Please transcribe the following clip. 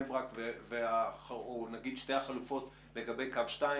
ברק או נגיד שתי החלופות לגבי קו 2,